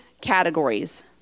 categories